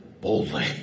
boldly